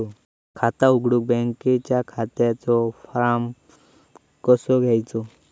खाता उघडुक बँकेच्या खात्याचो फार्म कसो घ्यायचो?